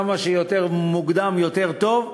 כמה שיותר מוקדם יותר טוב.